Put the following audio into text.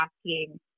asking